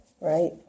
right